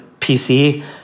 PC